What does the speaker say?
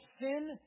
sin